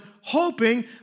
hoping